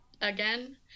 again